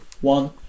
one